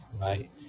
right